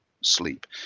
sleep